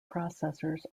processors